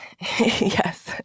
Yes